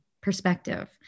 perspective